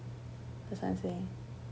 cause I'm saying